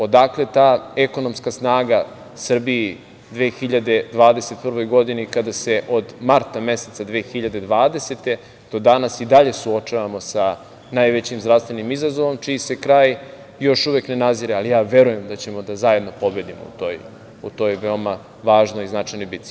Odakle ta ekonomska snaga Srbiji u 2021. godini, kada se od marta meseca 2020. godine do danas i dalje suočavamo sa najvećim zdravstvenim izazovom, čiji se kraj još uvek ne nazire, ali ja verujem da ćemo da zajedno pobedimo u toj veoma važnoj i značajnoj bici?